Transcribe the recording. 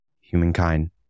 humankind